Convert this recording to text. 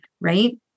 right